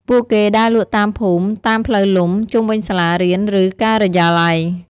ពួកគេដើរលក់តាមភូមិ តាមផ្លូវលំ ជុំវិញសាលារៀន ឬការិយាល័យ។